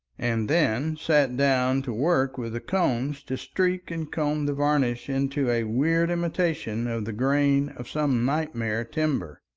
and then sat down to work with the combs to streak and comb the varnish into a weird imitation of the grain of some nightmare timber.